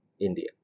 India